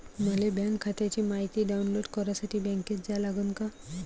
मले बँक खात्याची मायती डाऊनलोड करासाठी बँकेत जा लागन का?